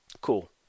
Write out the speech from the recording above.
cool